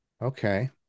Okay